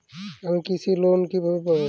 আমি কৃষি লোন কিভাবে পাবো?